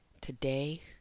Today